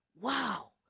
Wow